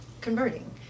converting